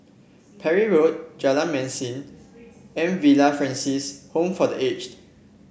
Parry Road Jalan Mesin and Villa Francis Home for The Aged